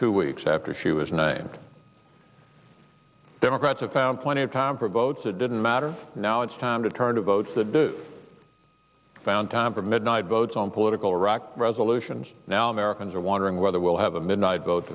two weeks after she was named democrats have found plenty of time for votes it didn't matter now it's time to turn to votes that do found time for midnight votes on political iraq resolutions now americans are wondering whether we'll have a midnight vote